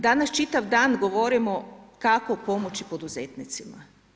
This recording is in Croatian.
Danas čitav dan govorimo kako pomoći poduzetnicima.